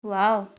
wow